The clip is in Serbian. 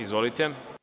Izvolite.